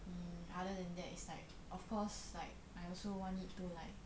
mm other than that it's like of course like I also want it to like